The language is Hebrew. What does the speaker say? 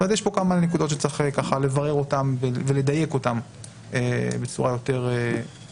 אז יש פה כמה נקודות שצריך לברר אותן ולדייק אותן בצורה יותר טובה,